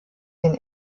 den